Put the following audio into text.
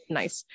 nice